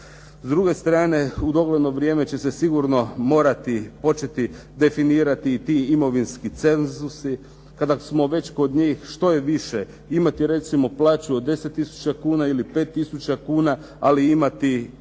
S druge strane, u dogledno vrijeme će se sigurno morati početi definirati i ti imovinski cenzusi. Kada smo već kod njih što je više, imati recimo plaću od 10 tisuća kuna ili 5 tisuća kuna ali imati